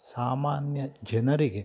ಸಾಮಾನ್ಯ ಜನರಿಗೆ